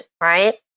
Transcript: Right